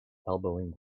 elbowing